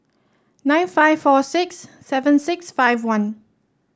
nine five four six seven six five one